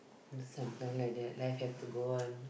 sometime like that life have to go on